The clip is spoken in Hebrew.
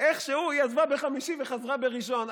איכשהו היא עזבה בחמישי וחזרה בראשון.